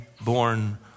born